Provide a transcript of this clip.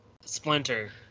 Splinter